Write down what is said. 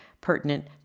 pertinent